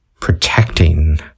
protecting